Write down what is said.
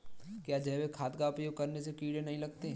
क्या जैविक खाद का उपयोग करने से कीड़े नहीं लगते हैं?